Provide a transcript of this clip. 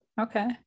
Okay